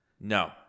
No